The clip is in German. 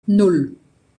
nan